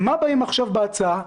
מה באים עכשיו בהצעה?